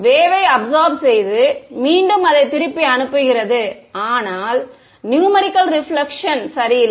வேவை absorb செய்து மீண்டும் அதை திருப்பி அனுப்புகிறது ஆனால் நூமரிகள் ரிபிலக்ஷன் சரியில்லை